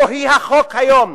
או היא החוק היום.